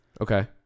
okay